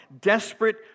desperate